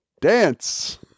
dance